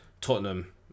Tottenham